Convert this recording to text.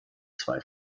zwei